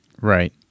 Right